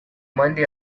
monday